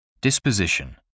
Disposition